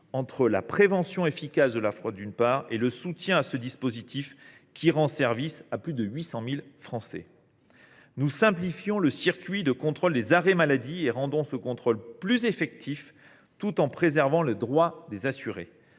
entre la prévention efficace de la fraude et le soutien à ce dispositif qui rend service à plus de 800 000 Français. Nous simplifions le circuit de contrôle des arrêts maladie et le rendons plus effectif, tout en préservant les droits des assurés.